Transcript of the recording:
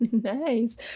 nice